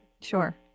sure